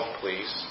please